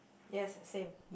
yes it same